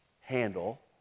handle